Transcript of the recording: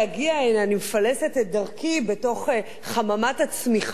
אני מפלסת את דרכי בתוך חממת הצמיחה הזאת,